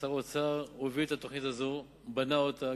גם שר האוצר הוביל את התוכנית הזאת ובנה אותה,